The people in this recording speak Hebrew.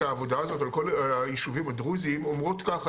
העבודה הזאת על כל היישובים הדרוזיים אומרות ככה,